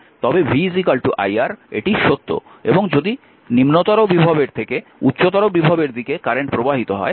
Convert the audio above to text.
এবং যদি নিম্নতর বিভবের থেকে উচ্চতর বিভবের দিকে কারেন্ট প্রবাহিত হয় তাহলে v - iR